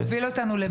זה הוביל אותנו לבור.